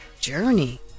journey